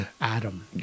Adam